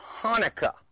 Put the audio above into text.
Hanukkah